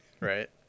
Right